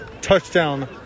touchdown